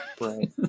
Right